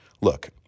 Look